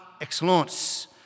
excellence